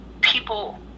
People